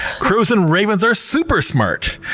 crows and ravens are super smart.